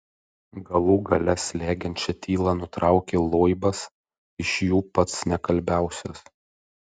galų gale slegiančią tylą nutraukė loibas iš jų pats nekalbiausias